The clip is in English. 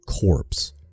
corpse